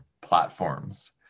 platforms